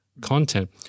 content